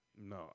no